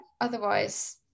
otherwise